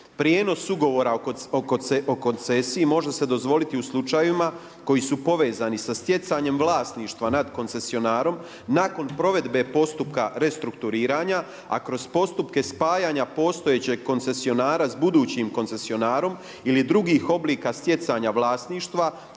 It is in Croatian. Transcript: „Prijenos ugovora o koncesiji može se dozvoliti u slučajevima koji su povezani sa stjecanjem vlasništva nad koncesionarom nakon provedbe postupka restrukturiranja, a kroz postupke spajanja postojećeg koncesionara s budućim koncesionarom ili drugih oblika stjecanja vlasništva